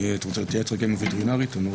אני אתייעץ עם הווטרינרית.